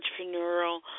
entrepreneurial